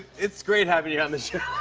it's great having you on the show.